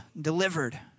delivered